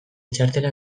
txartela